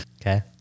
Okay